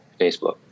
Facebook